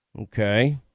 Okay